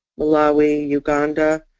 malawi, uganda